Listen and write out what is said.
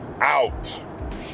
out